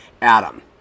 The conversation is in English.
Adam